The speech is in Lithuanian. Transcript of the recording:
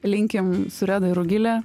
linkim su reda ir rugile